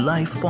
Life